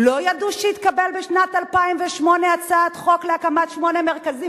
לא ידעו שהתקבל בשנת 2008 חוק להקמת שמונה מרכזים